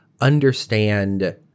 understand